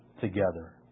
together